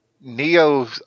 neo